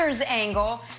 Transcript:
angle